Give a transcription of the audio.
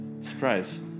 surprise